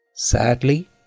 Sadly